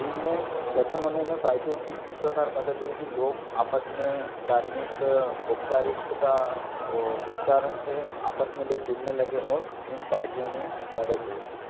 इनमें गठन होने में पार्टियो की इस प्रकार मदद हुई कि लोग आपस में धार्मिक औपचारिकता और इस कारण से आपस में लोग जुड़ने लगे और इन पार्टियों में मदद हुई